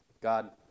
God